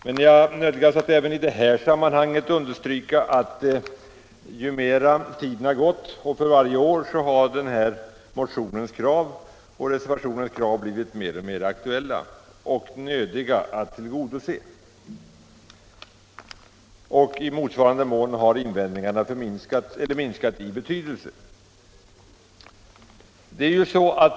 Men jag nödgas även i det här sammanhanget understryka att ju mer tiden gått och för varje år har de krav som framställs i motionen och reservationen blivit alltmer aktuella och nödvändiga att tillgodose. I motsvarande mån har invändningarna minskat i betydelse.